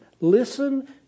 listen